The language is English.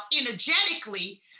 energetically